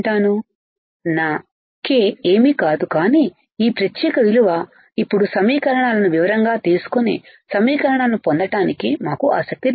నా k ఏమీ కాదు కానీ ఈ ప్రత్యేక విలువ ఇప్పుడు సమీకరణాలను వివరంగా తీసుకోని సమీకరణాలను పొందటానికి మాకు ఆసక్తి లేదు